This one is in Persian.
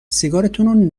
سیگارتونو